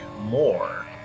More